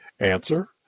Answer